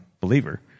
believer